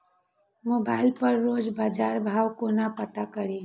Mobile पर रोज बजार भाव कोना पता करि?